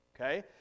Okay